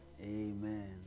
Amen